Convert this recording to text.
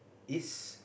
is